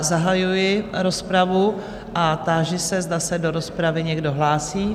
Zahajuji rozpravu a táži se, zda se do rozpravy někdo hlásí?